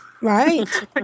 Right